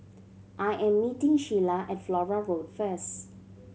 I am meeting Sheyla at Flora Road first